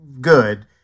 good